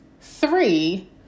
Three